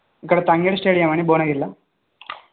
ఇక్కడ తంగేడి స్టేడియం అని భువనగిరిలో